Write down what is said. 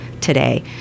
today